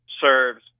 serves